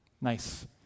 Nice